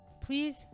please